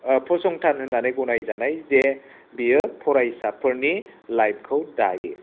फसंथान होननानै गनायजानाय जे बियो फरायसाफोरनि लाइफखौ दायो